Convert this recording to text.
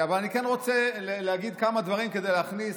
אני רוצה להגיד כמה דברים כדי להכניס,